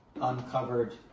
uncovered